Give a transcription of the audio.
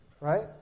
right